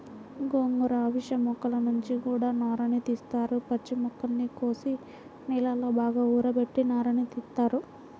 గోంగూర, అవిశ మొక్కల నుంచి గూడా నారని తీత్తారు, పచ్చి మొక్కల్ని కోసి నీళ్ళలో బాగా ఊరబెట్టి నారని తీత్తారు